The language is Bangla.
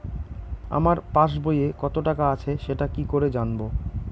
আমার পাসবইয়ে কত টাকা আছে সেটা কি করে জানবো?